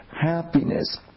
happiness